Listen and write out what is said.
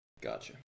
Gotcha